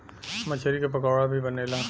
मछरी के पकोड़ा भी बनेला